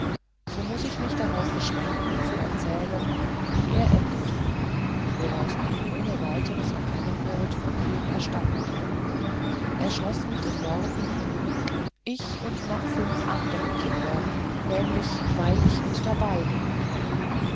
so muß ich mich darauf beschränken zu erzählen wie er endete woraus man ohne weiteres erkennen wird von wem er stammte er schloß mit den worten ich und noch fünf andere kinder nämlich weil ich mit dabei bin